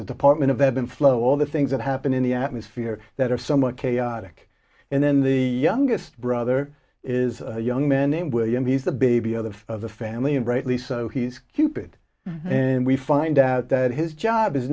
of department of evan flow all the things that happen in the atmosphere that are somewhat chaotic and then the youngest brother is young men named william he's the baby of the family and rightly so he's stupid and we find out that his job is